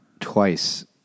twice